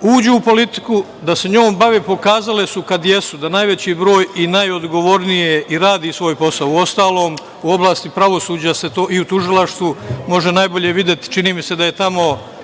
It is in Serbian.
uđu u politiku, da se njom bave. Pokazale su kad jesu, da najveći broj i najodgovornije i rade svoj posao. Uostalom, u oblasti pravosuđa i u tužilaštvu se to može najbolje videti. Čini mi se da su tamo